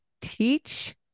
teach